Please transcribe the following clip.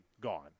gone